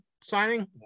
signing